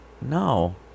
No